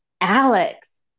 Alex